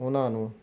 ਉਹਨਾਂ ਨੂੰ